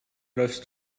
läufst